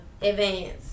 advance